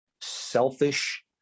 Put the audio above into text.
selfish